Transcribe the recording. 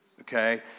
okay